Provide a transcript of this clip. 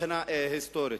מבחינה היסטורית.